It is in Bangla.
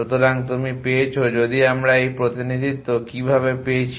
সুতরাং তুমি পেয়েছো যদি আমরা এই প্রতিনিধিত্ব কিভাবে পেয়েছি